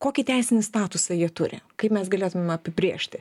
kokį teisinį statusą jie turi kaip mes galėtume apibrėžti